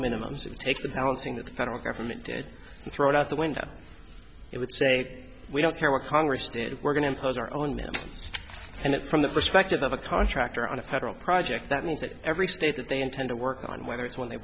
minimum to take the balancing that the federal government did throw out the window it would say we don't care what congress did we're going to impose our own men and it from the perspective of a contractor on a federal project that means that every state that they intend to work on whether it's when they